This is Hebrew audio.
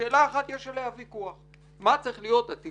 על שאלה אחת יש ויכוח והיא מה צריך עתידם,